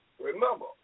Remember